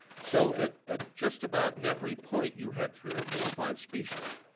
so at at just about every point you had three or four or five species.